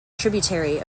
tributary